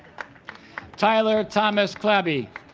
tyler thomas clabby